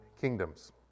kingdoms